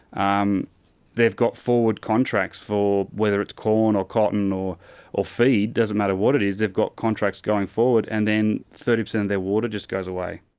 um they've got forward contracts for whether it's corn or cotton or or feed. doesn't matter what it is, they've got contracts going forward. and then thirty percent, their water just goes away.